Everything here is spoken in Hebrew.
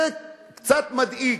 זה קצת מדאיג.